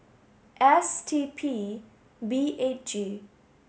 S T P B eight G